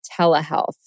telehealth